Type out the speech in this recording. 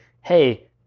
hey